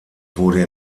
wurde